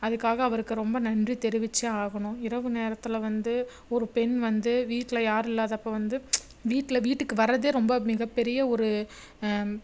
அதுக்காக அவருக்கு ரொம்ப நன்றி தெரிவிச்சே ஆகணும் இரவு நேரத்தில் வந்து ஒரு பெண் வந்து வீட்டில் யாரும் இல்லாதப்போ வந்து வீட்டில் வீட்டுக்கு வர்றதே ரொம்ப மிகப்பெரிய ஒரு